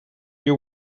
you